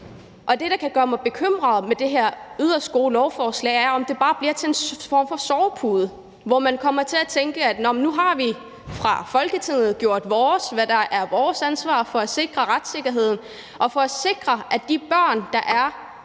det, der kan gøre mig bekymret i forhold til det her yderst gode lovforslag, er, om det bare bliver til en form for sovepude, hvor man kommer til at tænke, at nå, nu har vi fra Folketinget gjort vores, altså hvad der er vores ansvar for at sikre retssikkerheden og for at sikre, at de børn, der er